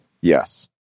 Yes